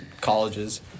colleges